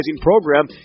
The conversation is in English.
program